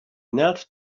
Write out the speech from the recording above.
knelt